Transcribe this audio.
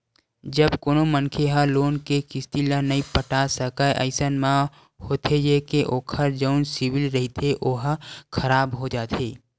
जब कोनो मनखे ह लोन के किस्ती ल नइ पटा सकय अइसन म होथे ये के ओखर जउन सिविल रिहिथे ओहा खराब हो जाथे